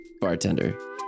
bartender